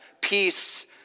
peace